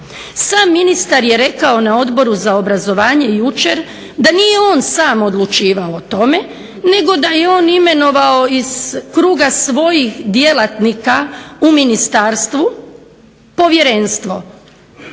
Sam ministar je rekao na Odboru za obrazovanje jučer da nije on sam odlučivao o tome nego da je on imenovao iz kruga svojih djelatnika u ministarstvu povjerenstvo,